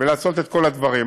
ולעשות את כל הדברים.